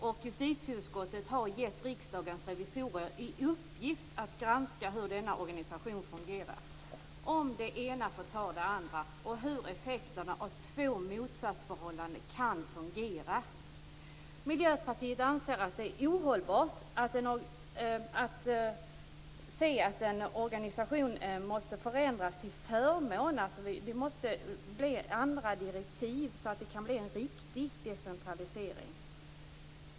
Justitieutskottet har gett Riksdagens revisorer i uppgift att granska hur denna organisation fungerar, om det ena förtar det andra, hur två motsatta förhållanden kan fungera och effekterna av det. Miljöpartiet anser att det måste ges andra direktiv så att det kan bli en riktig decentralisering.